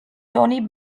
tony